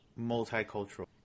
multicultural